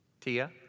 Tia